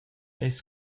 eis